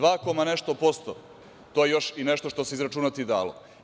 Dva koma nešto posto, to je još nešto što se izračunati dalo.